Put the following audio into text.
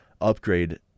upgrade